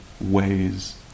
ways